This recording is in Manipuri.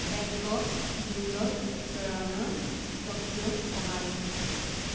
Bangkok New York Toronto Tokyo Ohio